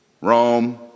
Rome